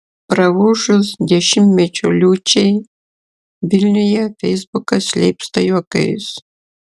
praūžus dešimtmečio liūčiai vilniuje feisbukas leipsta juokais